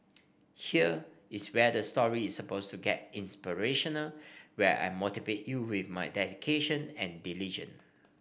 here is where the story is suppose to get inspirational where I motivate you with my dedication and diligence